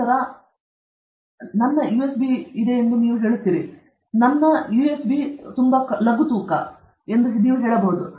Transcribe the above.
ನಂತರ ನನ್ನ ಯುಎಸ್ಪಿ ಇದು ಎಂದು ನೀವು ಹೇಳುತ್ತೀರಿ ನಿಮ್ಮ ಯುಎಸ್ಪಿ ಯಾವುದಾದರೂ ಒಂದು ಲಘು ತೂಕ ಈ ವಿಷಯ ಬೇಕು ಎಂದು ನೀವು ಹೇಳುತ್ತೀರಿ